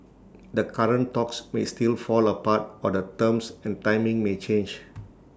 the current talks may still fall apart or the terms and timing may change